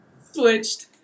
switched